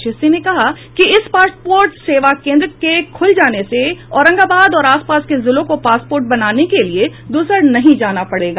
श्री सिंह ने कहा कि इस पासपोर्ट सेवा केन्द्र के खूल जाने से औरंगाबाद और आसपास के जिलों को पासपोर्ट बनाने के लिए दूसर नहीं जाना पड़ेगा